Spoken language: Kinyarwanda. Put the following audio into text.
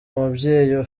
umubyeyi